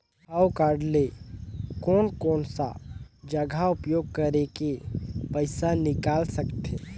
हव कारड ले कोन कोन सा जगह उपयोग करेके पइसा निकाल सकथे?